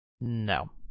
No